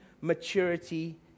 maturity